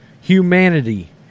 Humanity